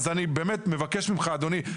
אדוני,